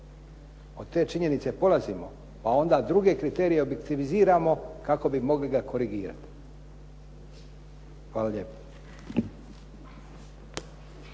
od te činjenice polazimo a onda druge kriterije objektiviziramo kako bi mogli ga korigirati. Hvala lijepa.